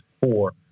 four